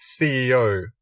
CEO